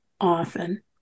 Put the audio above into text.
often